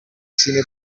cine